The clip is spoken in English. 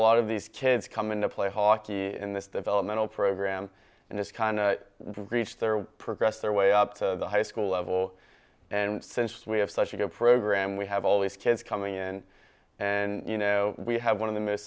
lot of these kids come into play hockey in this developmental program and this kind of reach their progress their way up to the high school level and since we have such a good program we have all these kids coming in and you know we have one of the m